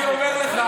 אני אומר לך